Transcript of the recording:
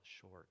short